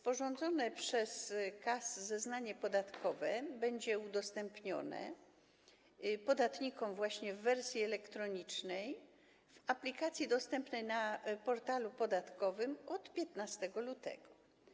Sporządzone przez KAS zeznanie podatkowe będzie udostępnione podatnikom właśnie w wersji elektronicznej, w aplikacji dostępnej na portalu podatkowym od 15 lutego.